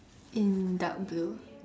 in dark blue